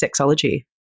sexology